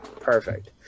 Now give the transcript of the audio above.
Perfect